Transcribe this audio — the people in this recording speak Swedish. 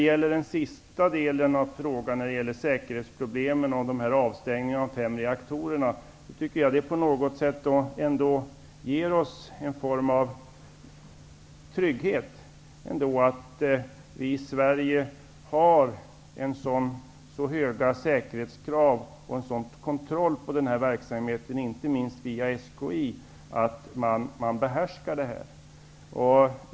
På den sista delen av frågan, om säkerhetsproblemen och avstängningarna av de fem reaktorerna, vill jag säga att det ändå ger oss en form av trygghet att vi i Sverige har så höga säkerhetskrav och en sådan kontroll på denna verksamhet, inte minst via SKI, att man behärskar problemen.